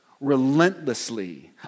relentlessly